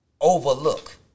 overlook